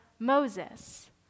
moses